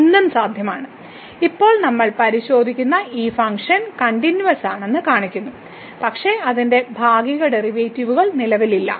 എന്തും സാധ്യമാണ് ഇപ്പോൾ നമ്മൾ പരിശോധിക്കുന്ന ഈ ഫംഗ്ഷൻ കണ്ടിന്യൂവസ്സാണെന്ന് കാണിക്കുന്നു പക്ഷേ അതിന്റെ ഭാഗിക ഡെറിവേറ്റീവുകൾ നിലവിലില്ല